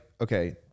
okay